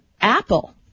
Apple